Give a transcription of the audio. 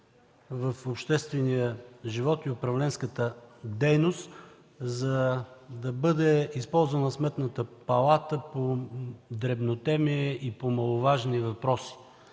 в обществения живот и управленската дейност, за да бъде използвана Сметната палата по дребнотемие и по маловажни въпроси.